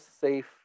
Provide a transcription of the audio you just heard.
safe